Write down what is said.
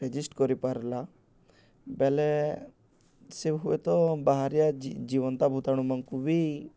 resist କରିପାର୍ଲା ବେଲେ ସେ ହୁଏ ତ ବାହାରିଆ ଜିଅନ୍ତା ଭୂତାଣୁମାନ୍କୁ ବି